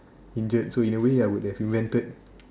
injured so in a way I would have invented